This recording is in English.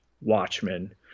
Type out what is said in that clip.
Watchmen